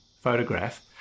photograph